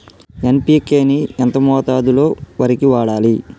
NPK ని ఎంత మోతాదులో వరికి వాడాలి?